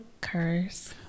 curse